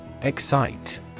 Excite